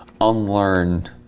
unlearn